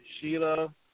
Sheila